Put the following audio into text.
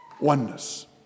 oneness